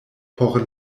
por